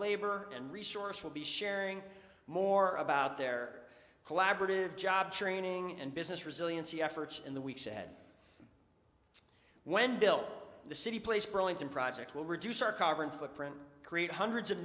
labor and resource will be sharing more about their collaborative job training and business resiliency efforts in the weeks ahead when built the city place burlington project will reduce our carbon footprint create hundreds of